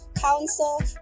counsel